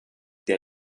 der